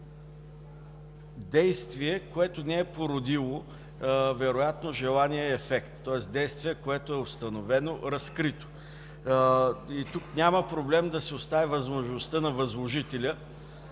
действие, което вероятно не е породило желания ефект, тоест действие, което е установено, разкрито. Тук няма проблем да се остави възможността възложителят